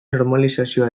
normalizazioa